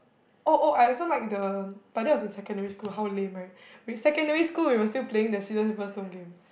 oh oh I also like the but that was in secondary school how lame right we secondary school we were still playing the scissors paper stone game